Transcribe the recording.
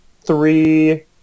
three